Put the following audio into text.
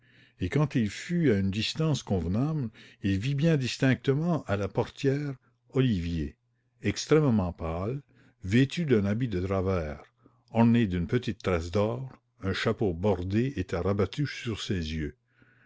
et quand il fut à une distance convenable il vit bien distinctement à la portière olivier extrêmement pâle vêtu d'un habit de drap vert orné d'une petite tresse d'or un chapeau bordé était rabattu sur ses yeux